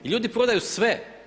Ljudi prodaju sve.